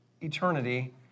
eternity